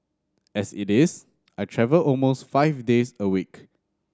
as it is I travel almost five days a week